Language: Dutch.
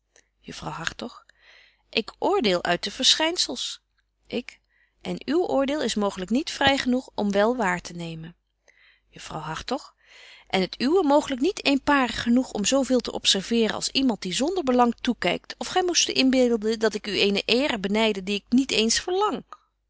juffrouw hartog ik oordeel uit de verschynzels ik en uw oordeel is mooglyk niet vry genoeg om wel waar te nemen juffrouw hartog en het uwe mooglyk niet eenparig genoeg om zo veel te observeren betje wolff en aagje deken historie van mejuffrouw sara burgerhart als iemand die zonder belang toekykt of gy moest u inbeelden dat ik u eene eer benyde die ik niet eens